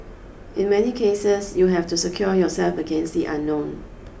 in many cases you have to secure yourself against the unknown